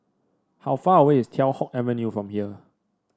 how far away is Teow Hock Avenue from here